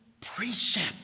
precept